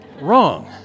wrong